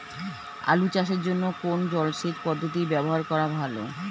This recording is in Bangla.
আলু চাষের জন্য কোন জলসেচ পদ্ধতি ব্যবহার করা ভালো?